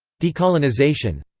decolonization.